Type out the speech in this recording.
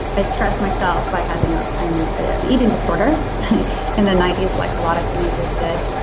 i stress myself by having ah an eating disorder in the ninety s like a lot of teenagers did.